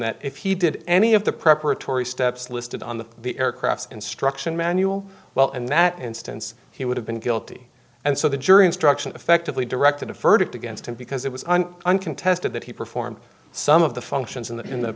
that if he did any of the preparatory steps listed on the the aircraft instruction manual well in that instance he would have been guilty and so the jury instruction effectively directed a verdict against him because it was an uncontested that he performed some of the functions in the in the